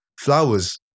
flowers